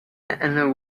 and